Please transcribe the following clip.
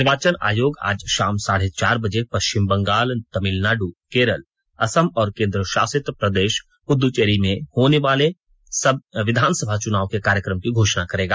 निर्वाचन आयोग आज शाम साढ़े चार बजे पश्चिम बंगाल तमिलनाडु केरल असम और केन्द्र शासित प्रदेश पुदुचेरी में होने वाले विधानसभा चुनाव के कार्यक्रम की घोषणा करेगा